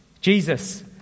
Jesus